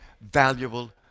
valuable